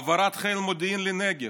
העברת חיל מודיעין לנגב.